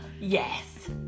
Yes